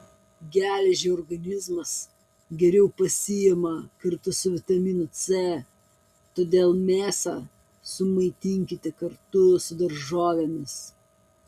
geležį organizmas geriau pasiima kartu su vitaminu c todėl mėsą sumaitinkite kartu su daržovėmis